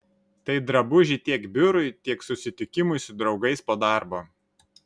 tai drabužiai tiek biurui tiek susitikimui su draugais po darbo